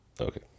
Okay